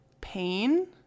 pain